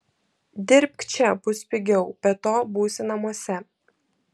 dirbk čia bus pigiau be to būsi namuose